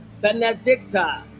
Benedicta